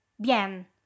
Bien